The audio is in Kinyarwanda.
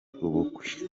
ubukwe